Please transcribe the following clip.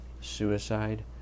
suicide